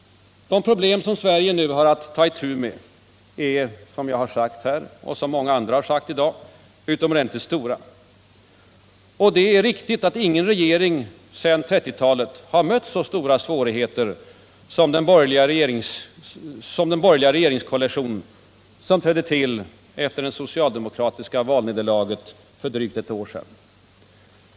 De problem som Sverige nu har att ta itu med är, som jag och många andra har sagt i dag, utomordentligt stora. Det är riktigt att ingen regering sedan 1930-talet har mött så stora svårigheter som den borgerliga regeringskoalition som trädde till efter det socialdemokratiska valnederlaget för drygt ett år sedan.